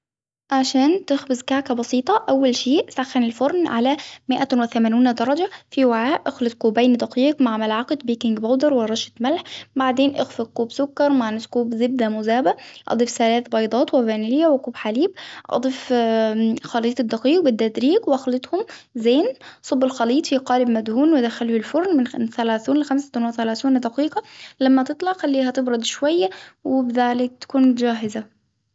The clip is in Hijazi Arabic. عشان تخبز كعكة بسيطة أول شيء سخن الفرن على مئة وثمانون درجة في وعاء أخلط كوبين دقيق مع ملعقة بيكنج بودر ورشة ملح ، بعدين إخفق كوب سكر مع نص كوب زبدة مذابة، أضيف ثلاث بيضاتأوفانيليا وكوب حليب أضف خليط الدقيق بالتدريج وخليطهم زين صب الخليط في قالب مدهون، وأدخله الفرن خم-من ثلاثون لخمسة وثلاثون دقيقة، لما تطلع خليها تبرد شوية وبذلك تكون جاهزة.